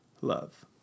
love